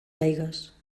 aigües